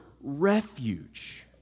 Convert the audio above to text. refuge